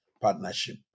partnership